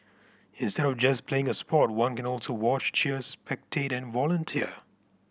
instead of just playing a sport one can also watch cheers spectate and volunteer